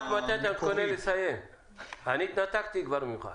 לא צריך הרצאות.